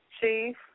Chief